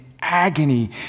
agony